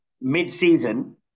mid-season